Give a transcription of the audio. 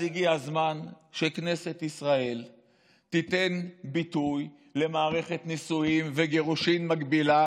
אז הגיע הזמן שכנסת ישראל תיתן ביטוי למערכת נישואין וגירושין מקבילה,